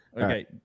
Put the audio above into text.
okay